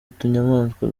utunyamaswa